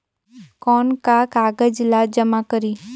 कौन का कागज ला जमा करी?